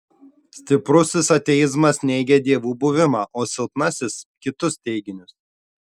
stiprusis ateizmas neigia dievų buvimą o silpnasis kitus teiginius